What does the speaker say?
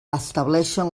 estableixen